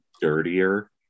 dirtier